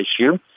issue